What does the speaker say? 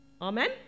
Amen